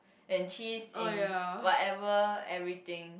and cheese in whatever everything